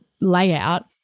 layout